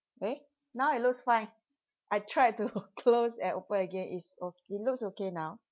eh now it looks fine I tried to close and open again is o~ it looks okay now